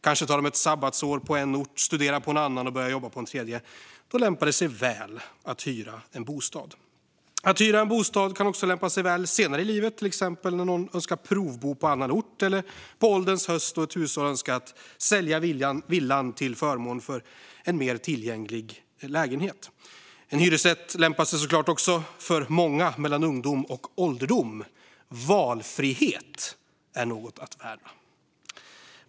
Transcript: Kanske tar de ett sabbatsår på en ort, studerar på en annan och börjar jobba på en tredje. Då lämpar det sig väl att hyra bostad. Att hyra en bostad kan också lämpa sig väl senare i livet, till exempel när någon önskar provbo på annan ort eller på ålderns höst sälja villan till förmån för en mer tillgänglig lägenhet. En hyresrätt lämpar sig såklart också för många mellan ungdom och ålderdom. Valfrihet är något att värna.